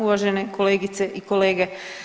Uvažene kolegice i kolege.